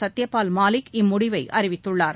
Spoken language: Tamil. சத்யபால் மாலிக் இம்முடிவை அறிவித்துள்ளார்